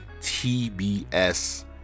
TBS